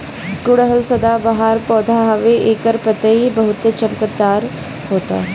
गुड़हल सदाबाहर पौधा हवे एकर पतइ बहुते चमकदार होला